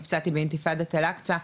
נפצעתי באינתיפאדת אל אקצא.